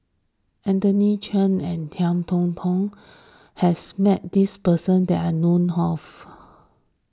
Anthony Chen and Ngiam Tong Dow has met this person that I know of